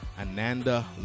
Ananda